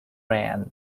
friend